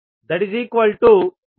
75S